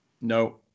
No